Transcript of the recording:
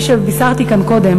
כפי שבישרתי כאן קודם,